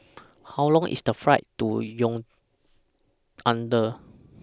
How Long IS The Flight to Yaounde